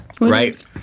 right